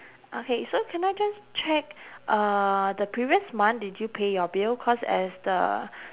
okay so can I just check uh the previous month did you pay your bill cause as the